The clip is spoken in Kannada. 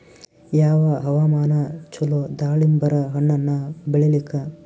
ಯಾವ ಹವಾಮಾನ ಚಲೋ ದಾಲಿಂಬರ ಹಣ್ಣನ್ನ ಬೆಳಿಲಿಕ?